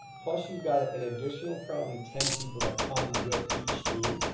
plus you've got an additional probably ten people that come with each team,